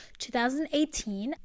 2018